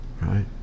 Right